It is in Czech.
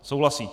Souhlasí.